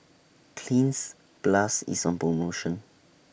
Cleanz Plus IS on promotion